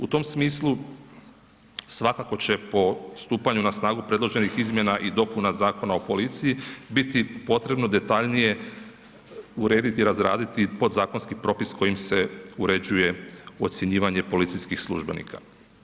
U tom smislu svakako će po stupanju na snagu predloženih izmjena i dopuna Zakona o policiji biti potrebno detaljnije urediti i razraditi podzakonski propis kojim se uređuje ocjenjivanje policijskih službenika.